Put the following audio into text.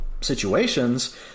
situations